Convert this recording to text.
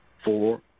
four